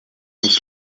uns